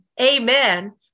amen